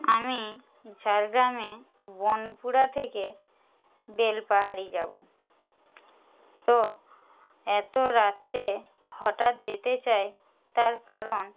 আমি ঝাড়গ্রামে বনপুড়া থেকে বেলপাহাড়ি যাব তো এত রাত্রে হঠাৎ যেতে চাই তার কারণ